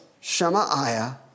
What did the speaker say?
Shemaiah